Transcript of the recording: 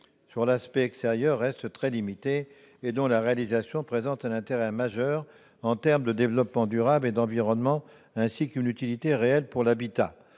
sur l'aspect extérieur reste très limitée et dont la réalisation présente un intérêt majeur, pour le développement durable comme pour l'environnement, ainsi qu'une utilité réelle pour l'habitat.